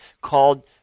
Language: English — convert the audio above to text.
called